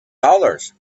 dollars